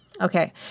Okay